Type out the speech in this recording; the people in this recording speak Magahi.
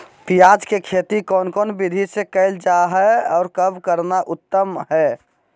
प्याज के खेती कौन विधि से कैल जा है, और कब करना उत्तम है?